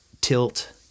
tilt